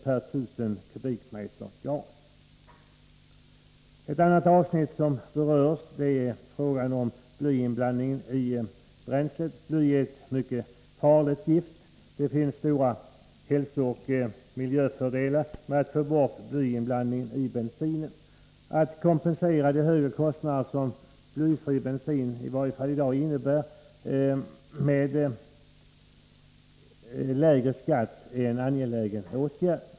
per 1 000 m? gas. En annan fråga som berörs är blyinblandningen i bränslet. Bly är ett mycket farligt gift. Det finns stora hälsooch miljöfördelar med ett borttagande av blyinblandningen i bensin. Att med lägre skatt kompensera de högre kostnader som blyfri bensin i varje fall i dag innebär är en angelägen åtgärd.